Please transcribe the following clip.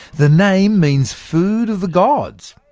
the name means food of the gods,